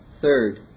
third